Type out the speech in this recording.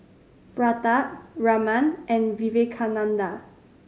Pratap Raman and Vivekananda